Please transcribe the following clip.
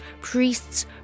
priests